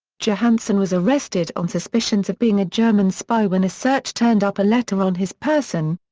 johansen was arrested on suspicions of being a german spy when a search turned up a letter on his person,